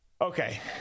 Okay